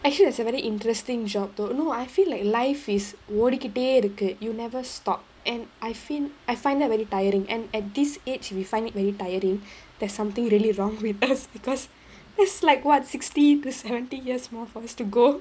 actually that's a very interesting job though no I feel like life is ஓடிகிட்டே இருக்கு:odikittae irukku it'll never stop and I feel I find that very tiring and at this age we find it very tiring that's something really wrong with us because that's like what sixty to seventy years more for us to go